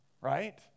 Right